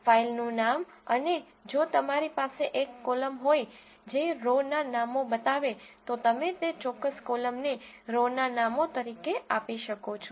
csv ફાઇલનું નામ અને જો તમારી પાસે એક કોલમ હોય જે રો ના નામો બતાવે તો તમે તે ચોક્કસ કોલમ ને રો ના નામો તરીકે આપી શકો છો